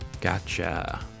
Gotcha